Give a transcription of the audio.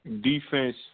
defense